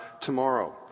tomorrow